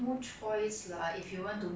ya imagine hor 你